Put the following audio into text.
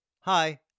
Hi